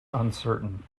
uncertain